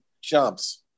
jumps